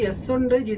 yeah sunday.